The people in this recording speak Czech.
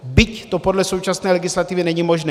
Byť to podle současné legislativy není možné.